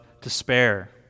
despair